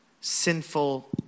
sinful